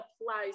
applies